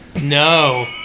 No